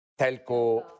telco